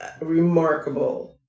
remarkable